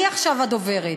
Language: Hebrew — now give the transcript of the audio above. אני עכשיו הדוברת.